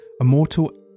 immortal